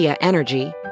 Energy